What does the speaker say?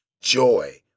joy